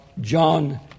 John